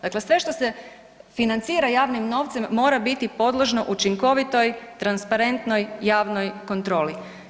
Dakle sve što se financira javnim novcem mora biti podložno učinkovitoj, transparentnoj javnoj kontroli.